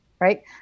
right